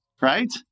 right